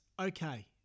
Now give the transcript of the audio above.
okay